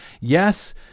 Yes